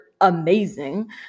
amazing